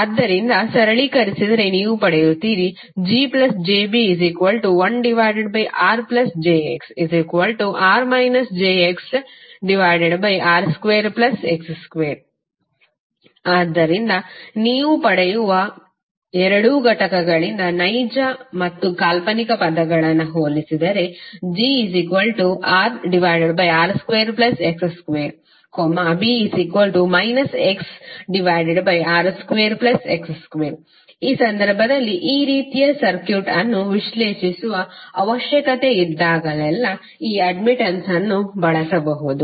ಆದ್ದರಿಂದ ಸರಳೀಕರಿಸಿದರೆ ನೀವು ಪಡೆಯುತ್ತೀರಿ GjB1RjXR jXR2X2 ಆದ್ದರಿಂದ ನೀವು ಪಡೆಯುವ ಎರಡೂ ಘಟಕಗಳಿಂದ ನೈಜ ಮತ್ತು ಕಾಲ್ಪನಿಕ ಪದಗಳನ್ನು ಹೋಲಿಸಿದರೆ GRR2X2B XR2X2 ಈ ಸಂದರ್ಭದಲ್ಲಿ ಈ ರೀತಿಯ ಸರ್ಕ್ಯೂಟ್ಅನ್ನು ವಿಶ್ಲೇಷಿಸುವ ಅವಶ್ಯಕತೆಯಿದ್ದಾಗಲೆಲ್ಲಾ ಈ ಅಡ್ಮಿಟನ್ಸ್ ಅನ್ನು ಬಳಸಬಹುದು